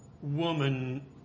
woman